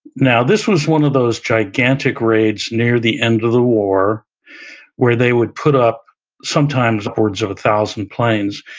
now, this was one of those gigantic raids near the end of the war where they would put up sometimes hoards of a thousand planes.